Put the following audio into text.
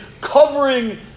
covering